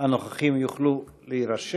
התחמקות ממיסים,